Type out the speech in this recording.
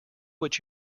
what